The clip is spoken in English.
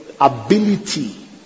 ability